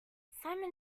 simon